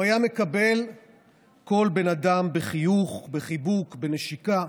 הוא היה מקבל כל בן אדם בחיוך, בחיבוק, בנשיקה.